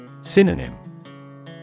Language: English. Synonym